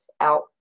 out